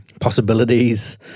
possibilities